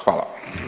Hvala.